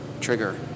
trigger